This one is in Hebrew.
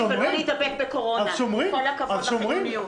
להידבק בקורונה, עם כל הכבוד לחיוניות.